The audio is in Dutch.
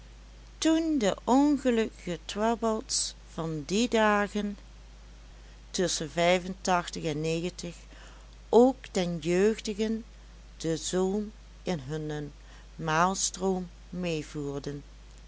toen de ongelukkige troubles van die dagen tusschen vijfentachtig en ook den jeugdigen de zoom in hunnen maalstroom meevoerden